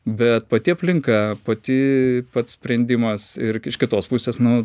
bet pati aplinka pati pats sprendimas ir iš kitos pusės nu